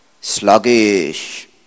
sluggish